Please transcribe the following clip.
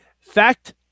Fact